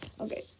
okay